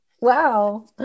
Wow